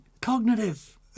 Cognitive